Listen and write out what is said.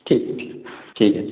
ঠিক ঠিক ঠিক আছে